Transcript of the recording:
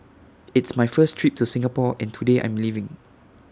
it's my first trip to Singapore and today I'm leaving